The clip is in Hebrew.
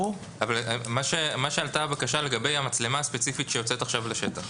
הבקשה שעלתה היא לגבי המצלמה הספציפית שיוצאת עכשיו לשט ח.